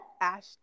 Ash